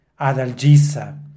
Adalgisa